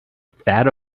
that